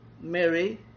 Mary